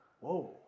whoa